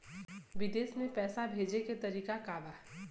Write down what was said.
विदेश में पैसा भेजे के तरीका का बा?